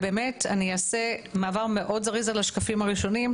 אעשה מעבר זריז מאוד על השקפים הראשונים,